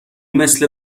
مثل